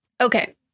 Okay